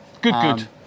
Good-good